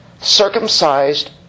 circumcised